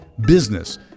business